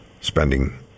spending